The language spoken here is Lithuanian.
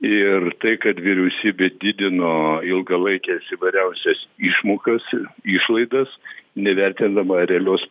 ir tai kad vyriausybė didino ilgalaikes įvairiausias išmokas išlaidas nevertindama realios